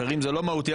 אחרים זה לא מהותי,